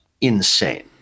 insane